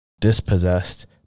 dispossessed